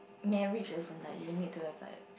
marriage as in like you need to have like